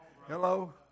Hello